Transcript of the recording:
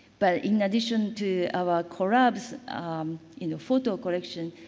but in addition to our korab's you know, photo collection,